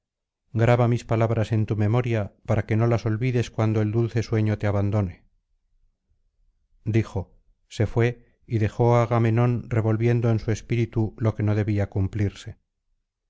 graba mis palabras en tu memoria para que no las olvides cuando el dulce sueño te abandone dijo se fué y dejó á agamenón revolviendo en su espíritu lo que no debía cumplirse